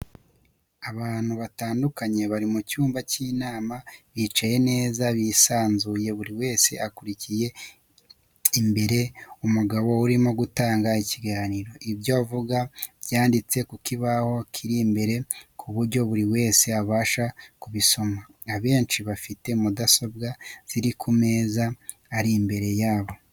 Abantu batandukanye bari mu cyumba cy'inama bicaye neza bisanzuye buri wese akurikiye imbere umugabo urimo gutanga ikiganiro, ibyo avuga byanditse ku kibaho kiri imbere ku buryo buri wese abasha kubisoma, abanshi bafite mudasobwa ziri ku meza ari imbere yabo.